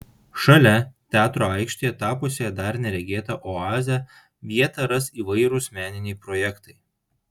šalia teatro aikštėje tapusioje dar neregėta oaze vietą ras įvairūs meniniai projektai